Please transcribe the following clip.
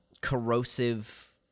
corrosive